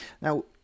Now